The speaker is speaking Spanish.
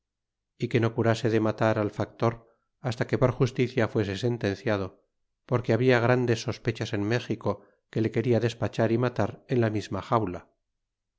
y que no curase de matar al factor hasta que por justicia fuese sentenciado porque habla grandes sospechas en méxico que le quería despachar y matar en la misma xaula